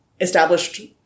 established